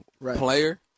Player